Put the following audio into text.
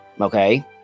okay